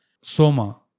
Soma